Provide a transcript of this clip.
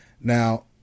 Now